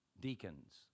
deacons